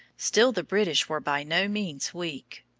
still the british were by no means weak.